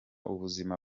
ubuzima